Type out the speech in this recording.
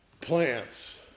plants